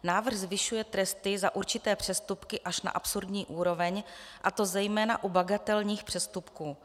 Návrh zvyšuje tresty za určité přestupky až na absurdní úroveň, a to zejména u bagatelních přestupků.